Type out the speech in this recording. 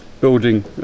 building